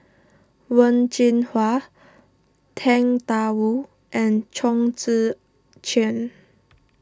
Wen Jinhua Tang Da Wu and Chong Tze Chien